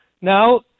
Now